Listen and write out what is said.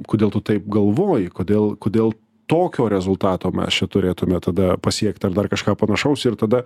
kodėl tu taip galvoji kodėl kodėl tokio rezultato mes čia turėtume tada pasiekt ar dar kažką panašaus ir tada